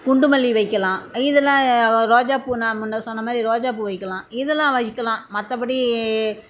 குண்டு மல்லி வைக்கலாம் இதெல்லாம் ரோஜாப்பூ நான் முன்ன சொன்னமாதிரி ரோஜாப்பூ வைக்கலாம் இதெல்லாம் வைக்கலாம் மற்றபடி